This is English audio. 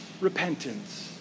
repentance